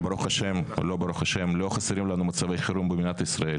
לא חסרים לנו מצבי חירום במדינת ישראל.